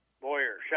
Boyer